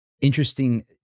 interesting